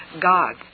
God's